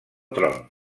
tron